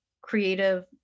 creative